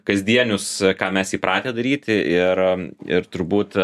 kasdienius ką mes įpratę daryti ir ir turbūt